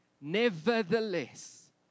Nevertheless